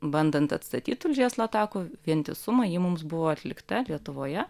bandant atstatyt tulžies latakų vientisumą ji mums buvo atlikta lietuvoje